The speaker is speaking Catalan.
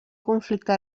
conflicte